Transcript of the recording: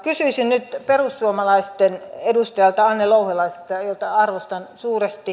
kysyisin nyt perussuomalaisten edustajalta anne louhelaiselta jota arvostan suuresti